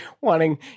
wanting